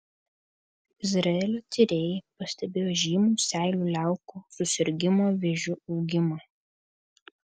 izraelio tyrėjai pastebėjo žymų seilių liaukų susirgimo vėžiu augimą